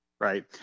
Right